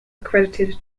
accredited